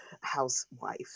housewife